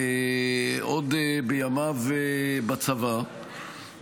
עוד בימיו בצבא,